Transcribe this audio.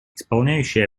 исполняющий